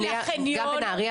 שהולכים סתם לקניון במרכז ויצמן.